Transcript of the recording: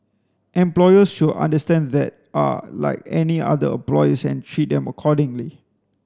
employers should understand that are like any other employees and treat them accordingly